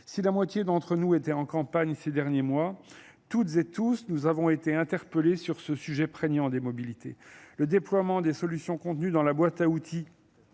si la moitié d'entre nous était en campagne ces derniers mois toutes et tous nous avons été interpellés sur ce sujet prégnant interpellés sur ce sujet prégnant des mobilités le déploiement des solutions contenues dans la boîte à outils